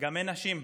גם אין נשים,